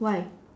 why